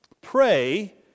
pray